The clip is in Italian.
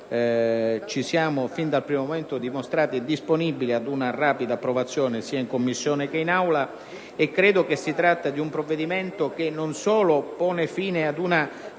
la quale fin dal primo momento ci siamo resi disponibili per una rapida approvazione sia in Commissione che in Aula. Si tratta di un provvedimento che non solo pone fine ad una